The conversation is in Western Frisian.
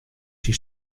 syn